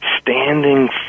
standing